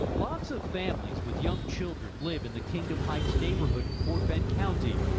lots of families with young children live in the kingdom heights neighborhood in fort bend county.